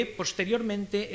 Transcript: posteriormente